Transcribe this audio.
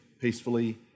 peacefully